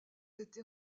été